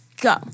Go